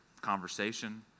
conversation